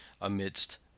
amidst